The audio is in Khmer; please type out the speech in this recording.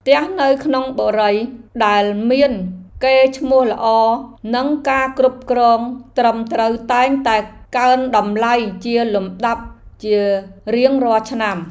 ផ្ទះនៅក្នុងបុរីដែលមានកេរ្តិ៍ឈ្មោះល្អនិងការគ្រប់គ្រងត្រឹមត្រូវតែងតែកើនតម្លៃជាលំដាប់ជារៀងរាល់ឆ្នាំ។